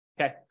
okay